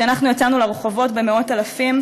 כשאנחנו יצאנו לרחובות במאות-אלפים.